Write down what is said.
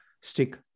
stick